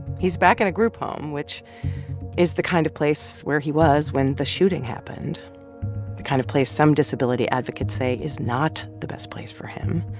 he's back in a group home, which is the kind of place where he was when the shooting happened the kind of place some disability advocates say is not the best place for him.